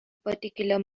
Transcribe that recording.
particular